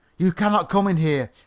you cannot come in here.